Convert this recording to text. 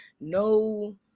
No